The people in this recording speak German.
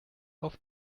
auf